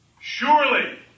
surely